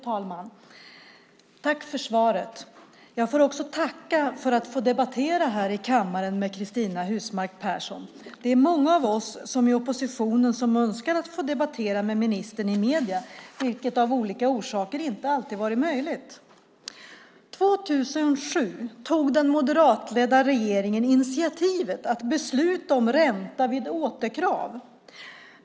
Fru talman! Tack för svaret! Jag tackar också för att jag får debattera här i kammaren med Cristina Husmark Pehrsson. Det är många av oss i oppositionen som önskar att få debattera med ministern i medierna, vilket av olika orsaker inte alltid har varit möjligt. År 2007 tog den moderatledda regeringen initiativet att besluta om ränta vid återkrav.